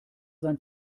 sein